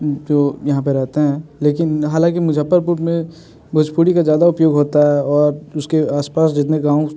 जो यहाँ पे रहते हैं लेकिन हालाँकि मुजफ्फरपुर में भोजपुरी का ज़्यादा उपयोग होता है और उसके आस पास जितने गाँव